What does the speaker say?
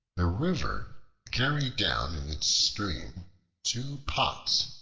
a river carried down in its stream two pots,